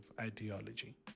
ideology